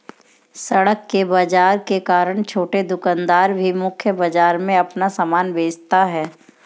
सड़क के बाजार के कारण छोटे दुकानदार भी मुख्य बाजार में अपना सामान बेचता है